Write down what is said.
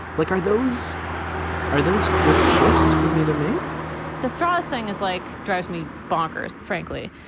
like, are those are those good shifts for me to make the straw? things like drives me bonkers. frankly,